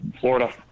Florida